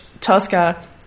Tosca